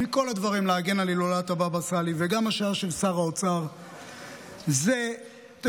להגן על הילולת הבבא סאלי על פני כל הדברים,